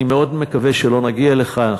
אני מאוד מקווה שלא נגיע לכך.